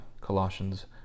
Colossians